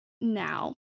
now